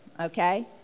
okay